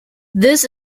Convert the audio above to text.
this